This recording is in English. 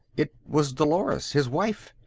it was dolores, his wife.